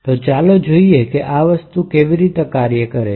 તો ચાલો જોઈએ કે આ વસ્તુ કેવી રીતે કાર્ય કરે છે